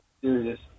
serious